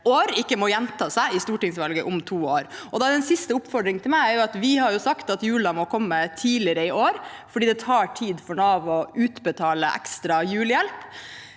år, ikke må gjenta seg i stortingsvalget om to år. Da er det en siste oppfordring fra meg: Vi har sagt at julen må komme tidligere i år, for det tar tid for Nav å utbetale ekstra julehjelp.